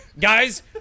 guys